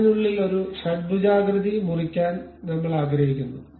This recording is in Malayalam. അതിനാൽ അതിനുള്ളിൽ ഒരു ഷഡ്ഭുജാകൃതി മുറിക്കാൻ നമ്മൾ ആഗ്രഹിക്കുന്നു